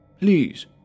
Please